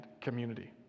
community